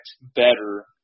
better